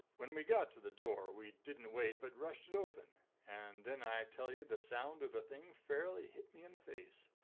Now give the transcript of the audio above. when we got to the door, we didn't wait but rushed it open and then i tell you the sound of the thing fairly hit me in the face.